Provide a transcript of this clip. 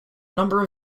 number